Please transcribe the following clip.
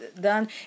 done